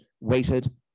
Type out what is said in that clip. waited